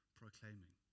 proclaiming